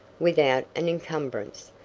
without an incumbrance.